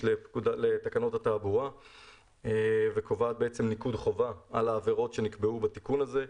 לתקנות התעבורה וקובעת ניקוד חובה על העבירות שנקבעו בתיקון הזה,